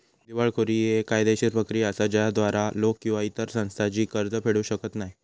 दिवाळखोरी ही येक कायदेशीर प्रक्रिया असा ज्याद्वारा लोक किंवा इतर संस्था जी कर्ज फेडू शकत नाही